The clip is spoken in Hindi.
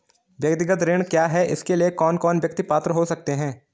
व्यक्तिगत ऋण क्या है इसके लिए कौन कौन व्यक्ति पात्र हो सकते हैं?